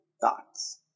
thoughts